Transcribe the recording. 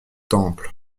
temple